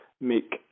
make